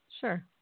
Sure